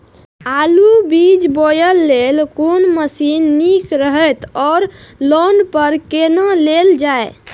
आलु बीज बोय लेल कोन मशीन निक रहैत ओर लोन पर केना लेल जाय?